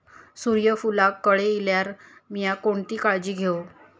सूर्यफूलाक कळे इल्यार मीया कोणती काळजी घेव?